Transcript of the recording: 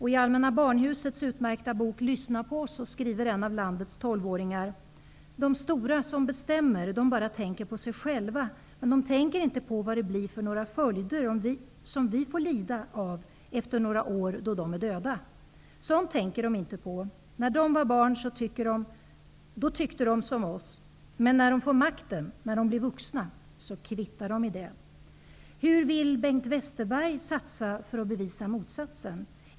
I Allmänna Barnhusets utmärkta bok ''Lyssna på oss'' skriver en av landets tolvåringar: Dom stora som bestämmer, dom bara tänker på sig själva, men dom tänker inte på vad det blir för några följder som vi får lida av efter några år då dom är döda. Sånt tänker dom inte på. När dom var barn så tyckte dom så också men när dom får makten när dom blir vuxna så kvittar dom i det.'' Hur vill Bengt Westerberg satsa för att bevisa motsatsen?